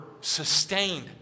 sustained